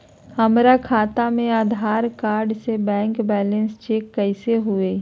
हमरा खाता में आधार कार्ड से बैंक बैलेंस चेक कैसे हुई?